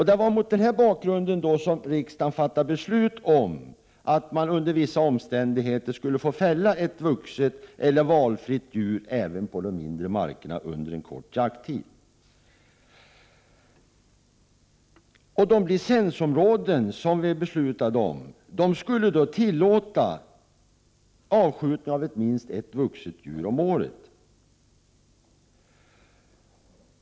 Det var mot den bakgrunden som riksdagen fattade beslut om att man under vissa omständigheter skulle få fälla ett vuxet eller valfritt djur även på de mindre markerna under en kort jakttid. De licensområden som vi beslutade om skulle då tillåta avskjutning av minst ett vuxet djur om året.